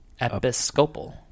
episcopal